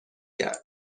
کرد